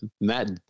Matt